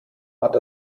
hat